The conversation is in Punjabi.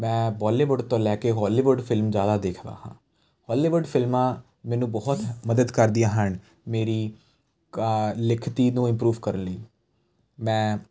ਮੈਂ ਬੋਲੀਵੁੱਡ ਤੋਂ ਲੈ ਕੇ ਹੋਲੀਵੁੱਡ ਫਿਲਮ ਜ਼ਿਆਦਾ ਦੇਖਦਾ ਹਾਂ ਹੋਲੀਵੁੱਡ ਫਿਲਮਾਂ ਮੈਨੂੰ ਬਹੁਤ ਮਦਦ ਕਰਦੀਆਂ ਹਨ ਮੇਰੀ ਕ ਲਿਖਤੀ ਨੂੰ ਇੰਪਰੂਵ ਕਰਨ ਲਈ ਮੈਂ